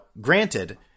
granted